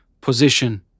position